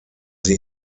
sie